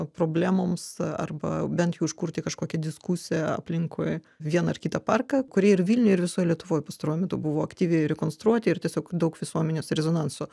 problemoms arba bent jau užkurti kažkokią diskusiją aplinkui vieną ar kitą parką kurie ir vilniuj ir visoj lietuvoj pastaruoju metu buvo aktyviai rekonstruoti ir tiesiog daug visuomenės rezonanso